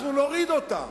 אנחנו נוריד אותם.